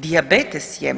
Dijabetes je